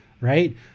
right